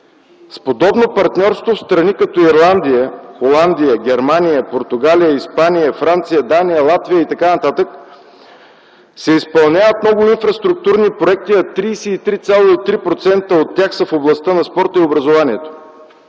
С подобно партньорство в страни като Ирландия, Холандия, Германия, Португалия, Испания, Франция, Дания, Латвия и т.н. се изпълняват много инфраструктурни проекти, а 33,3% от тях са в областта на спорта и образованието.